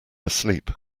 asleep